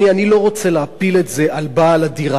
אני לא רוצה להפיל את זה על בעל הדירה.